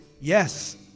Yes